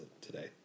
today